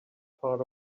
part